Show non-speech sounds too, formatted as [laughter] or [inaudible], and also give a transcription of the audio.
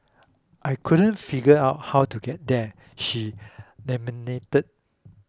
I couldn't figure out how to get there she [unintelligible]